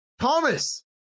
thomas